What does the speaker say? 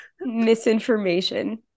Misinformation